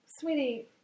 sweetie